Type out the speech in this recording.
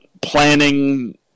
planning